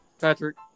Patrick